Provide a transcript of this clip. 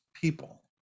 people